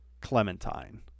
Clementine